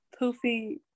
poofy